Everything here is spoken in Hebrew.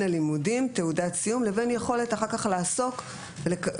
הלימודים ותעודת הסיום לבין היכולת לעסוק בכך,